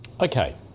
Okay